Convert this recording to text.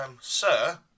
Sir